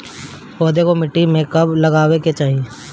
पौधे को मिट्टी में कब लगावे के चाही?